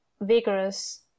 vigorous